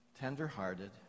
tenderhearted